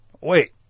Wait